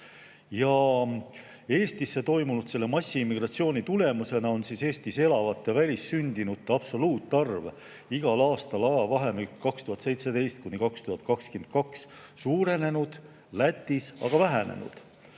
Eestisse toimunud massimmigratsiooni tulemusena on Eestis elavate välissündinute absoluutarv igal aastal ajavahemikus 2017–2022 suurenenud, Lätis aga vähenenud.